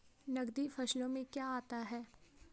नकदी फसलों में क्या आता है?